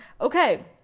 Okay